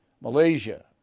Malaysia